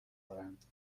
دارند